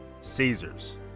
Caesar's